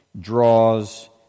draws